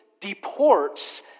deports